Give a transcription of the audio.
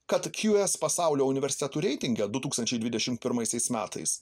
kad qs pasaulio universitetų reitinge du tūkstančiai dvidešimt pirmaisiais metais